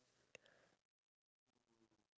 iya true